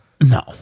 No